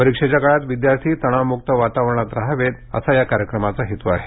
परीक्षेच्या काळात विद्यार्थी तणावमुक्त वातावरणात राहावेत असा या कार्यक्रमाचा हेतु आहे